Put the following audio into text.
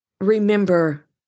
remember